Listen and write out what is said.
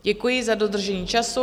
Děkuji za dodržení času.